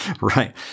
right